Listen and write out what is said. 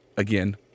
Again